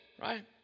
right